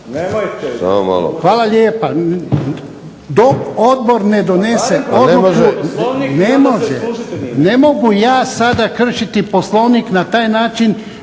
hvala lijepa, dok Odbor ne donese odluke, ne mogu ja sada kršiti Poslovnik na taj način